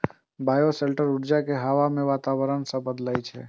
bioshelter ऊर्जा कें हवा के वातावरण सं बदलै छै